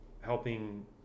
helping